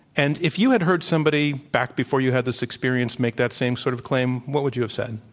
and if you had heard somebody, back before you had this experience, make that same sort of claim, what would you have said?